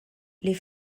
les